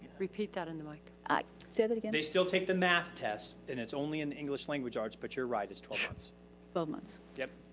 repeat that in the mic. say that again. they still take the math test and it's only in english language arts, but you're right, it's twelve months. twelve months. yep.